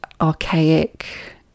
archaic